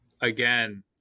again